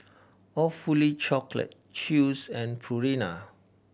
Awfully Chocolate Chew's and Purina